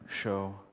show